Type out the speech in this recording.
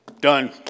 done